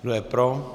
Kdo je pro.